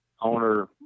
owner